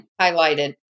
highlighted